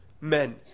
men